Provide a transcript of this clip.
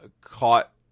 caught